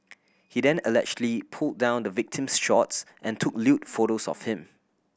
he then allegedly pulled down the victim's shorts and took lewd photos of him